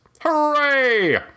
Hooray